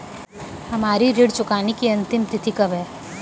हमारी ऋण चुकाने की अंतिम तिथि कब है?